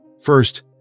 First